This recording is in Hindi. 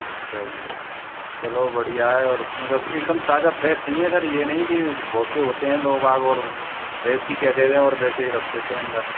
अच्छा जी चलो बढ़िया है और मतलब एकदम ताजा फ्रेश चाहिए सर ये नहीं की बहुत से होते हैं लोग बाग और फ्रेश ही कह देते हैं और वैसे ही रख देते हैं अंदर